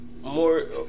more